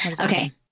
Okay